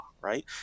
right